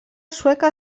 sueca